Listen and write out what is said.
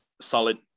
solid